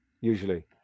usually